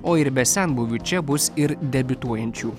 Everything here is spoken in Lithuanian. o ir be senbuvių čia bus ir debiutuojančių